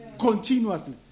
continuously